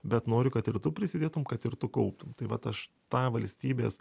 bet noriu kad ir tu prisidėtum kad ir tu kauptum tai vat aš tą valstybės